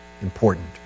important